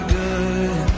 good